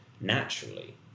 naturally